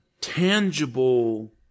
tangible